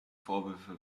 vorwürfe